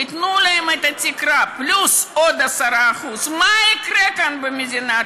תיתנו להם את התקרה פלוס עוד 10%. מה יקרה כאן במדינת